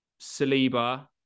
Saliba